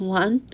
one